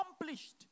accomplished